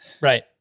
Right